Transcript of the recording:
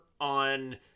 on